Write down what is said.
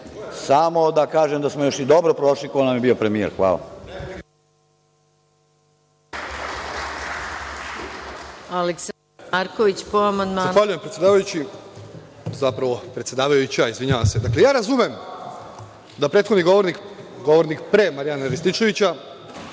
samo da kažem da smo još i dobro prošli ko nam je bio premijer. Hvala.